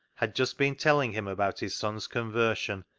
had just been telling him about his son's conversion,